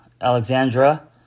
Alexandra